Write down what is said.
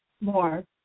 more